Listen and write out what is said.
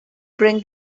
bring